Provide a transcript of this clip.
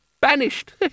Banished